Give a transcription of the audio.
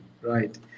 right